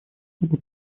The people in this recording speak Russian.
особо